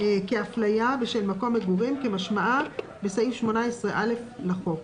כאפליה בשל מקום מגורים כמשמעה בסעיף 18(א) לחוק.